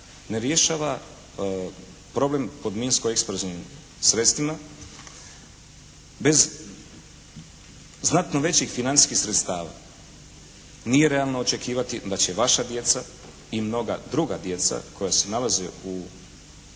Ne rješava problem kod minsko-eksplozivnim sredstvima bez znatno većih financijskih sredstava. Nije realno očekivati da će vaša djeca i mnoga druga djeca koja se nalaze u